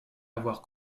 avoir